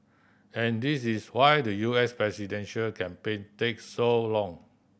and this is why the U S presidential campaign takes so long